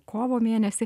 kovo mėnesį